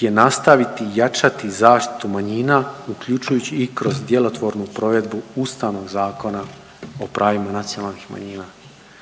je nastaviti jačati zaštitu manjina uključujući i kroz djelotvornu provedbu Ustavnog zakona o pravima nacionalnih manjina.